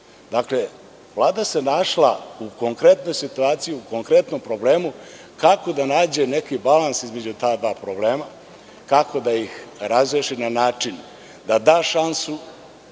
toga. Dakle, Vlada se našla u konkretnoj situaciji, u konkretnom problemu kako da nađe neki balans između ta dva problema, kako da ih razreši na način da da šansu